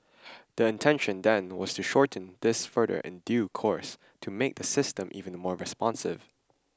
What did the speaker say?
the intention then was to shorten this further in due course to make the system even more responsive